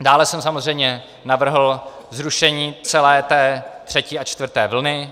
Dále jsem samozřejmě navrhl zrušení celé té třetí a čtvrté vlny.